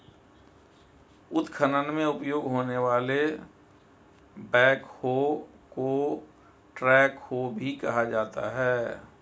उत्खनन में उपयोग होने वाले बैकहो को ट्रैकहो भी कहा जाता है